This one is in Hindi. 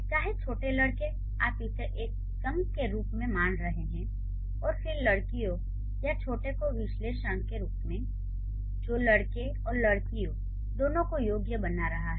चाहे छोटे लड़के आप इसे एक चंक के रूप में मान रहे हैं और फिर लड़कियों या "छोटे" को विशेषण के रूप में जो लड़के और लड़कियों दोनों को योग्य बना रहा है